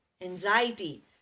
anxiety